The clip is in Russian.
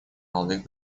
молодых